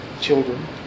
children